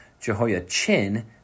Jehoiachin